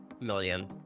million